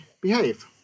behave